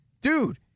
dude